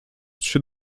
trzy